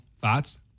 Thoughts